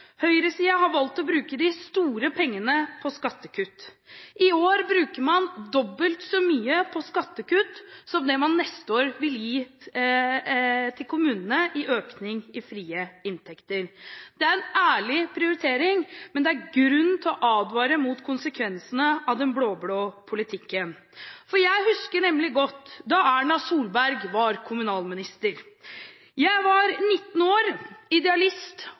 har valgt å bruke de store pengene på skattekutt. I år bruker man dobbelt så mye på skattekutt, som det man neste år vil gi til kommunene i økning i frie inntekter. Det er en ærlig prioritering, men det er grunn til å advare mot konsekvensene av den blå-blå politikken. Jeg husker nemlig godt da Erna Solberg var kommunalminister. Jeg var 19 år, idealist